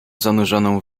zanurzoną